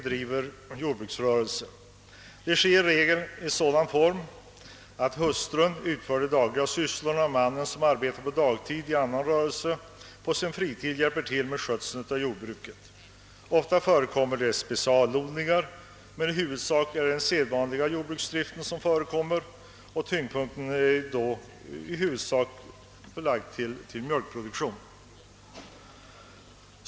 Detta tillgår i regel så, att hustrun utför de dagliga sysslorna, medan mannen som arbetar på dagtid i annan rörelse på sin fritid hjälper till med skötseln av jordbruket. Ofta förekommer specialodlingar men i huvudsak är det fråga om vanlig jordbruksdrift, varvid tyngdpunkten oftast är förlagd till mjölkproduktion.